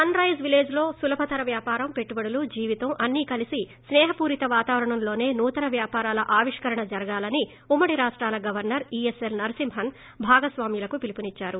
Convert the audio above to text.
sun rise village లో సులభతర వ్యాపారం పెట్టుబడులు జీవితం అన్నీ కలిసి స్సేహపూరిత వాతావరణంలోనే నూతన వ్యాపారాల ఆవిష్కరణ జరగాలని ఉమ్మడి రాష్టాల గవర్సర్ ఇఎస్ఎల్ నరసింహన్ భాగస్వామ్యులకు పిలుపునిద్చారు